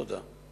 תודה.